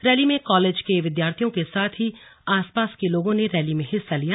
rally में college के विद्यार्थियों के साथ ही आसपास के लोगों ने रैली में हिस्सा लिया